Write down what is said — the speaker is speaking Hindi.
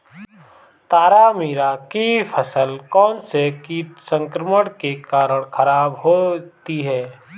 तारामीरा की फसल कौनसे कीट संक्रमण के कारण खराब होती है?